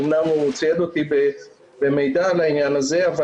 אמנם הוא צייד אותי במידע על העניין הזה אבל